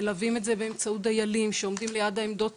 מלווים את זה באמצעות דיילים שעומדים ליד העמדות